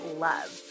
love